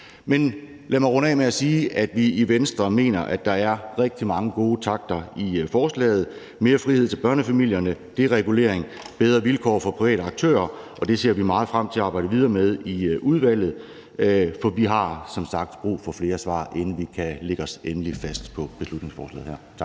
Men lad mig runde af med at sige, at vi i Venstre mener, at der er rigtig mange gode takter i forslaget. Der er mere frihed til børnefamilierne, deregulering og bedre vilkår for private aktører, og det ser vi meget frem til at arbejde videre med i udvalget, for vi har som sagt brug for flere svar, inden vi kan lægge os endeligt fast på beslutningsforslaget her. Tak